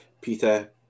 Peter